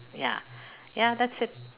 ya ya that's it